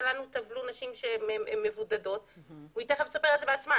שלהם טבלו נשים שהיו בבידוד והיא תכף תספר את הסיפור,